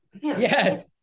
yes